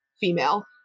female